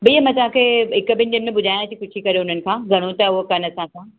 भईया मां तव्हांखे हिकु ॿिनि ॾींहनि में ॿुधायां थी पुछी करे हुननि खां घणो था हो कनि असां सां